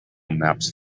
maps